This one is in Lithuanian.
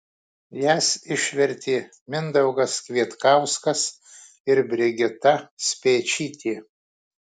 jas išvertė mindaugas kvietkauskas ir brigita speičytė